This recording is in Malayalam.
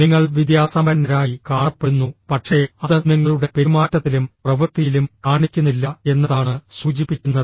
നിങ്ങൾ വിദ്യാസമ്പന്നരായി കാണപ്പെടുന്നു പക്ഷേ അത് നിങ്ങളുടെ പെരുമാറ്റത്തിലും പ്രവൃത്തിയിലും കാണിക്കുന്നില്ല എന്നതാണ് സൂചിപ്പിക്കുന്നത്